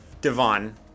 Devon